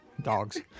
dogs